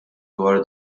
dwar